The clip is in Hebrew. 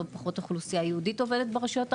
פחות אוכלוסייה עברית עובדת ברשויות הערביות,